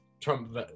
Trump